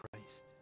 Christ